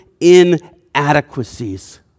inadequacies